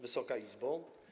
Wysoka Izbo!